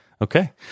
Okay